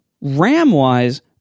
RAM-wise